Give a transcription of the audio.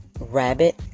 rabbit